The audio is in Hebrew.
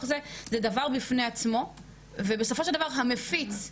הדבר הזה זה דבר בפני עצמו ובסופו של דבר המפיץ,